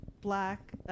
black